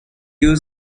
you